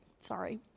Sorry